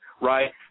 right